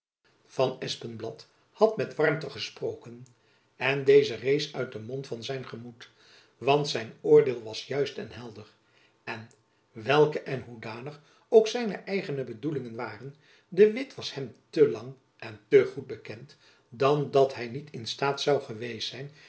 van espenblad had met warmte gesproken en deze reis uit den grond van zijn gemoed want zijn oordeel was juist en helder en welke en hoedanig ook zijne eigene bedoelingen waren de witt was hem te lang en te goed bekend dan dat hy niet in staat zoû geweest zijn